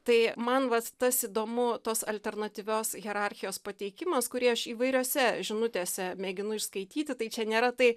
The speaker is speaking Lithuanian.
tai man vat tas įdomu tos alternatyvios hierarchijos pateikimas kurį aš įvairiose žinutėse mėginu išskaityti tai čia nėra tai